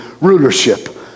rulership